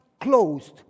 closed